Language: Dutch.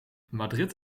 madrid